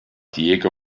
diego